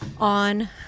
on